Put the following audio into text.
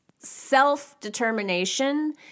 Self-determination